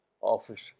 office